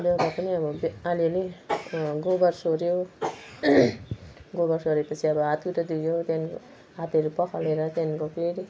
बेलुका पनि अब त अलि अलि गोबर सोऱ्यो गोबर सोरे पछि अब हात खुट्टा धोयो त्यहाँको हातहरू पखालेर त्यहाँको फेरि